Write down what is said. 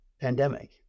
pandemic